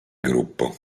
gruppo